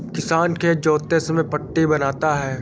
किसान खेत जोतते समय पट्टी बनाता है